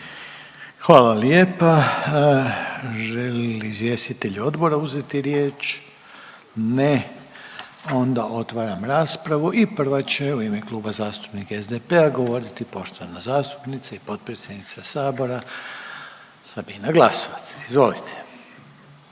Hvala lijepa. Žele li izvjestitelji odbora uzeti riječ? Ne. Onda otvaram raspravu. I prva će u ime Kluba zastupnika SDP-a govoriti poštovana zastupnica i potpredsjednica Sabora Sabina Glasovac. Izvolite.